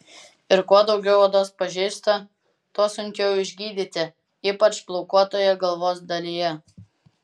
ir kuo daugiau odos pažeista tuo sunkiau išgydyti ypač plaukuotoje galvos dalyje